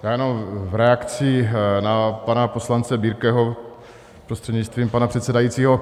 Já jenom v reakci na pana poslance Birkeho prostřednictvím pana předsedajícího.